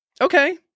Okay